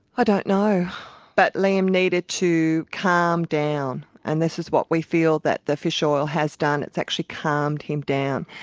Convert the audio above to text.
ah don't know but liam needed to calm down and this is what we feel that the fish oil has done, it's actually calmed him down.